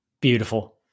Beautiful